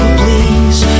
please